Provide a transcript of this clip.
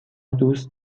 دوست